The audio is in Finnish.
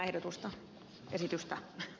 arvoisa puhemies